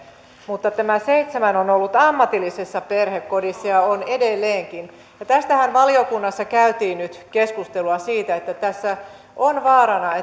mutta tämä seitsemän on on ollut ammatillisessa perhekodissa ja on edelleenkin tästähän valiokunnassa käytiin nyt keskustelua että tässä on vaarana